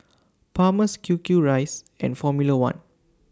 Palmer's Q Q Rice and Formula one